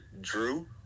Drew